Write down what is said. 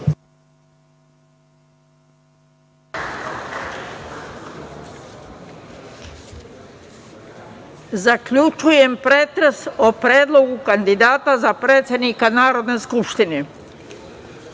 Zaključujem pretres o predlogu kandidata za predsednika Narodne skupštine. Saglasno